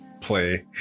play